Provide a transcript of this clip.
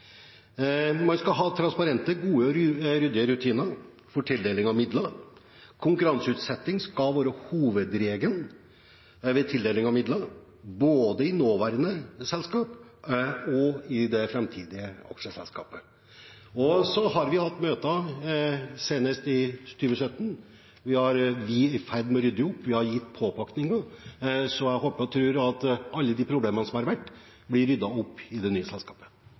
Man skal ha transparente, gode og ryddige rutiner for tildeling av midler. Konkurranseutsetting skal være hovedregelen ved tildeling av midler, både i det nåværende selskapet og i det framtidige aksjeselskapet. Vi har hatt møter, senest i 2017, vi er i ferd med å rydde opp, vi har gitt påpakninger. Så jeg håper og tror at alle de problemene som har vært, blir ryddet opp i i det nye selskapet.